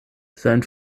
sein